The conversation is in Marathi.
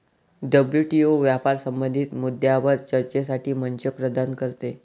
डब्ल्यू.टी.ओ व्यापार संबंधित मुद्द्यांवर चर्चेसाठी मंच प्रदान करते